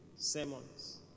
sermons